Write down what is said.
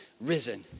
Risen